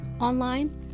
online